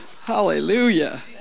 Hallelujah